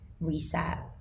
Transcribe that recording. reset